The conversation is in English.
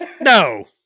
no